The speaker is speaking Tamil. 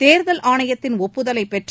தேர்தல் ஆணையத்தின் ஒப்புதலை பெற்று